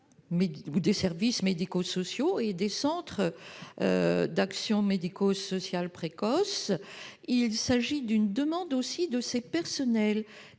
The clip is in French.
des établissements médico-sociaux et des centres d'action médico-sociale précoce. Il s'agit d'une demande des personnels